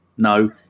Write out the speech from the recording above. No